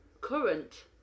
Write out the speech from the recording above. Current